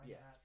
Yes